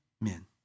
men